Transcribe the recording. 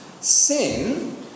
Sin